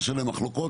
יש עליהן מחלוקות,